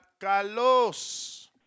Carlos